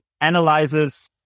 analyzes